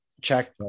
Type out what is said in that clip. check